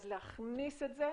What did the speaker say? אז להכניס את זה,